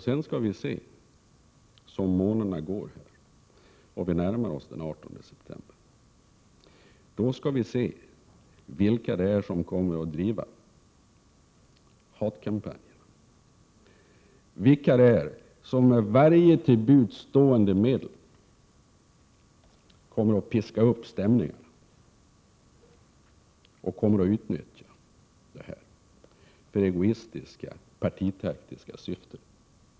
Sedan får vi, varefter månaderna går och vi närmare oss den 18 september, se vilka som kommer att driva hatkampanjer, vilka som med varje till buds stående medel kommer att piska upp stämningarna och utnyttja det här för egoistiska, partitaktiska syften.